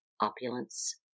opulence